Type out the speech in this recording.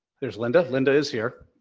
there's linda, linda is here.